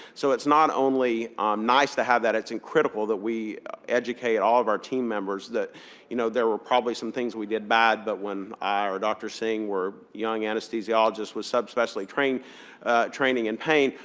so it's not only nice to have that. it's and critical that we educate all of our team members that you know there were probably some things we did bad. but when i or dr. singh were young anesthesiologists with subspecialty training training in pain,